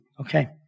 Okay